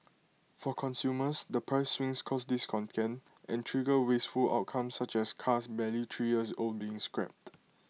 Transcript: for consumers the price swings cause discontent and trigger wasteful outcomes such as cars barely three years old being scrapped